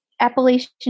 Appalachian